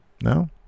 No